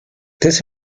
this